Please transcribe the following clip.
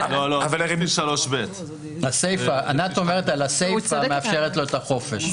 ענת אומרת על הסיפה שמאפשרת לו את החופש.